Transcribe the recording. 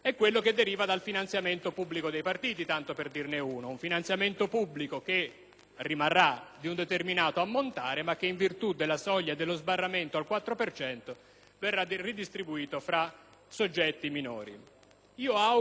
rimarrà di un determinato ammontare, ma che, in virtù della soglia o dello sbarramento al 4 per cento, verrà ridistribuito fra i soggetti minori. Io auguro di cuore (ammesso e non concesso che si facciano queste cose, specie di martedì 17),